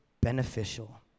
beneficial